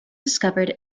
discovered